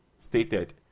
stated